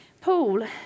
Paul